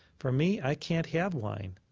for me, i can't have wine.